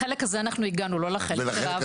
לחלק הזה אנחנו הגענו, לא לחלק של העבירות.